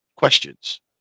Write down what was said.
questions